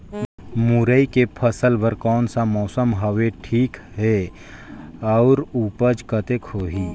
मुरई के फसल बर कोन सा मौसम हवे ठीक हे अउर ऊपज कतेक होही?